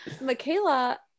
Michaela